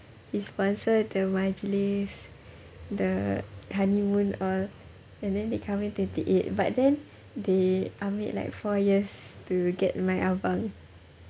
he sponsor the majlis the honeymoon all and then they kahwin at twenty eight but then they ambil like four years to get like my abang